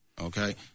Okay